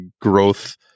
growth